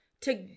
to-